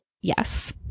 Yes